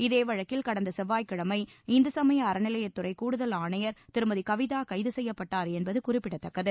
இதே வழக்கில் கடந்த செவ்வாய்க் கிழமை இந்து சமய அறநிலையத் துறை கூடுதல் ஆணையர் திருமதி கவிதா கைது செய்யப்பட்டார் என்பது குறிப்பிடத்தக்கது